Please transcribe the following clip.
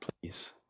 please